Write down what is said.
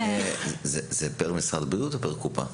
זה פר משרד הבריאות או פר קופה?